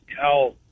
tell